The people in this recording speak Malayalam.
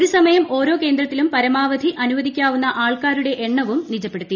ഒരു സമയം ഓരോ കേന്ദ്രത്തിലും പരമാവധി അനുവദിക്കാവുന്ന ആൾക്കാരുടെ എണ്ണവും നിജപ്പെടുത്തി